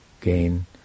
gain